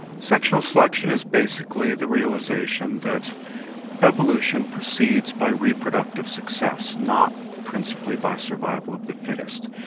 sexual selection is basically the realisation that evolution proceeds by reproductive success not principally by survival of the fittest.